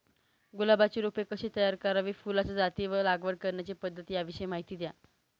गुलाबाची रोपे कशी तयार करावी? फुलाच्या जाती व लागवड करण्याची पद्धत याविषयी माहिती द्या